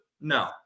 No